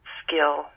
skill